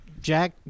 Jack